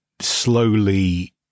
slowly